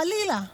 חלילה,